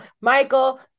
Michael